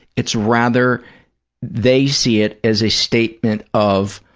it's rather they see it as a statement of,